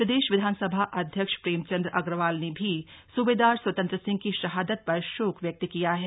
प्रदेश विधानसभा अध्यक्ष प्रेमचंद अग्रवाल ने भी सूबेदार स्वतंत्र सिंह की शहादत पर शोक व्यक्त किया है